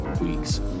week's